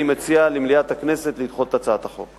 אני מציע למליאת הכנסת לדחות את הצעת החוק.